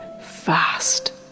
fast